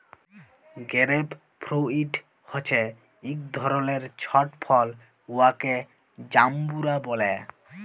grape fruit হছে ইক ধরলের ছট ফল উয়াকে জাম্বুরা ব্যলে